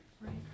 Right